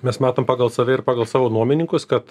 mes matom pagal save ir pagal savo nuomininkus kad